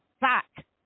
back